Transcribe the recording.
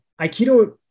Aikido